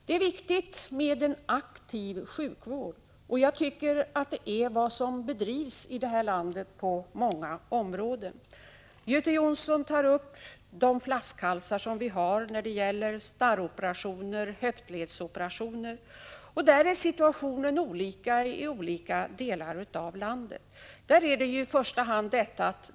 Det är viktigt med en aktiv sjukvård, och jag tycker att det är vad som bedrivs på många håll här i landet. Göte Jonsson nämnde de flaskhalsar som finns när det gäller starroperationer och höftledsoperationer. Situationen är dock olika i skilda delar av landet.